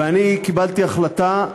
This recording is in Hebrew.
ואני קיבלתי החלטה,